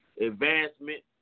advancement